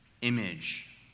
image